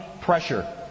pressure